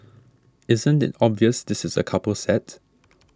isn't it obvious this is a couple set